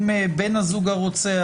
עם בן הזוג הרוצח,